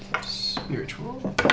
Spiritual